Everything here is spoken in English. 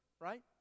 right